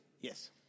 Yes